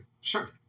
sure